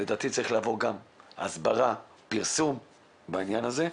לדעתי צריכים להיות גם הסברה ופרסום בעניין הזה.